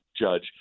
Judge